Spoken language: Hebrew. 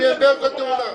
זה לא קשור לפיגום.